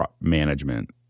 management